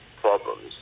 problems